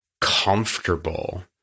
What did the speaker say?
comfortable